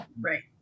right